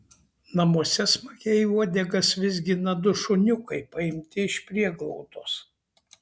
namuose smagiai uodegas vizgina du šuniukai paimti iš prieglaudos